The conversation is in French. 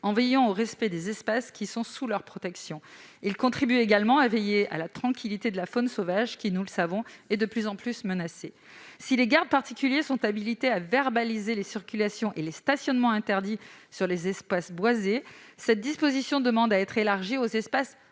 en veillant au respect des espaces qui sont sous leur protection. Ils contribuent également à veiller à la tranquillité de la faune sauvage, qui, nous le savons, est de plus en plus menacée. Les gardes particuliers sont habilités à verbaliser les circulations et les stationnements interdits dans les espaces boisés. Cette disposition demande à être élargie aux espaces